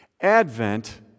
Advent